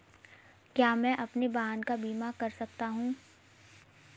क्या मैं अपने वाहन का बीमा कर सकता हूँ?